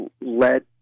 led